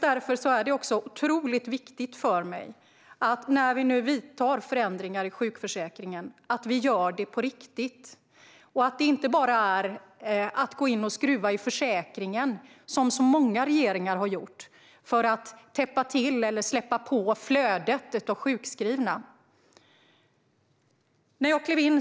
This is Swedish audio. Därför är det otroligt viktigt för mig att vi, när vi nu gör förändringar i sjukförsäkringen, gör det på riktigt och inte bara går in och skruvar i försäkringen, som många regeringar har gjort, för att täppa till eller släppa på flödet av sjukskrivna.